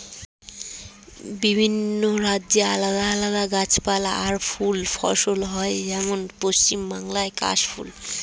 বিভিন্ন রাজ্যে আলাদা আলাদা গাছপালা আর ফুল ফসল হয়, যেমন পশ্চিম বাংলায় কাশ ফুল